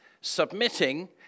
Submitting